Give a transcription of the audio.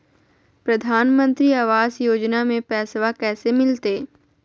प्रधानमंत्री आवास योजना में पैसबा कैसे मिलते?